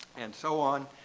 and so on.